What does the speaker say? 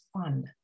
fun